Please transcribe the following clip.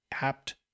apt